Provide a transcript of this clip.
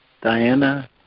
Diana